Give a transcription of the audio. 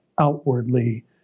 outwardly